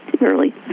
early